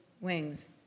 wings